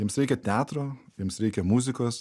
jiems reikia teatro jiems reikia muzikos